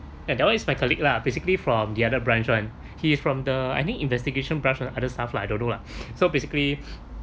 and that one is my colleague lah basically from the other branch [one] he is from the any investigation branch on other stuff lah I don't know lah so basically